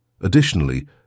Additionally